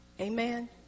Amen